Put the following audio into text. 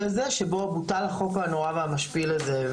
הזה שבו בוטל החוק הנורא והמשפיל הזה.